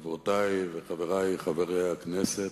חברותי וחברי חברי הכנסת,